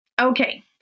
Okay